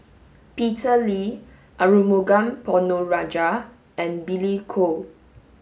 Peter Lee Arumugam Ponnu Rajah and Billy Koh